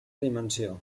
dimensió